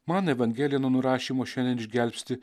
man evangelija nuo nurašymo šiandien išgelbsti